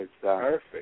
Perfect